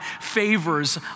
favors